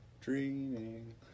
Dreaming